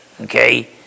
okay